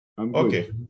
Okay